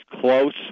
close